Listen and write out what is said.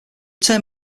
term